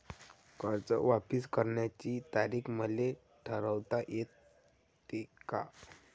कर्ज वापिस करण्याची तारीख मले ठरवता येते का?